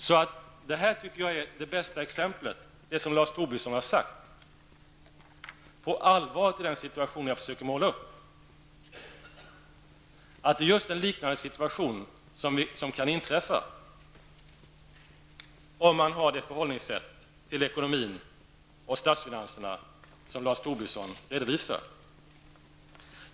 Det som Lars Tobisson sagt är det bästa exemplet på det allvar i situationen som jag försöker måla upp. Just en liknande situation kan inträffa igen om man har det förhållningssättet till ekonomin och statsfinanserna som Lars Tobisson redovisar.